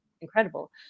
incredible